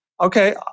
okay